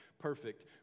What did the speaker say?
perfect